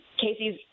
Casey's